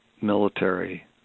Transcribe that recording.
military